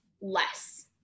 less